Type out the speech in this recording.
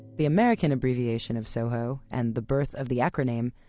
the american abbreviation of soho, and the birth of the acraname,